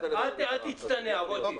אל תצטנע, מוטי.